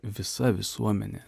visa visuomenė